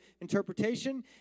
interpretation